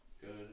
Good